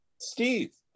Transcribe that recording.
steve